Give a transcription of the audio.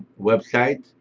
website.